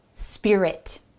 Spirit